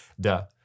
Duh